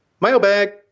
Mailbag